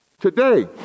today